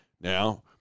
Now –